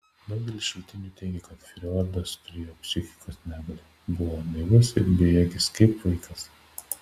daugelis šaltinių teigia kad fiodoras turėjo psichikos negalę buvo naivus ir bejėgis kaip vaikas